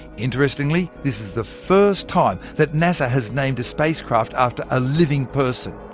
interestingly, this is the first time that nasa has named a spacecraft after a living person.